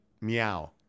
meow